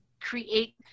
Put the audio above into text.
create